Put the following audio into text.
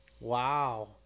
Wow